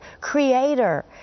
creator